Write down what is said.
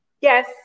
Yes